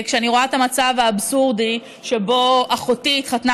כשאני רואה את המצב האבסורדי שבו אחותי התחתנה